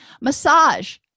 Massage